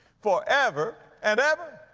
forever and ever.